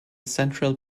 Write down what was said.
central